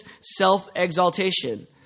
self-exaltation